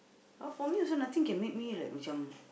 but for me also nothing can me like macam